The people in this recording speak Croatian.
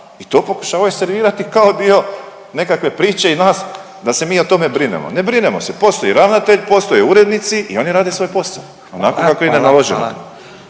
i to pokušavaju servirati kao dio nekakve priče i nas da se mi o tome brinemo. Ne brinemo se, postoji ravnatelj, postoje urednici i oni rade svoj posao onako kako im je naloženo.